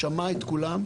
שמע את כולם.